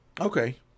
Okay